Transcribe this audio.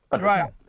Right